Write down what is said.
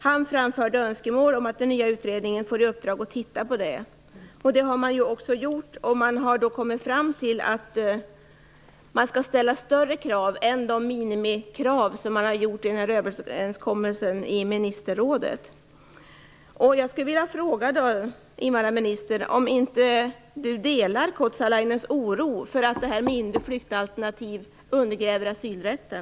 Han framförde önskemål om att den nya utredningen får i uppdrag att se över detta. Detta har man också gjort och då kommit fram till att det skall ställas större krav än de minimikrav som man har kommit överens om i ministerrådet. Jag skulle vilja fråga invandrarministern om han inte delar Kotsalainens oro för att detta med inre flyktalternativ undergräver asylrätten.